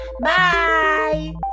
Bye